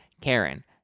Karen